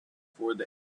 toward